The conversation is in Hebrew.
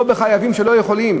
ולא על חייבים שלא יכולים.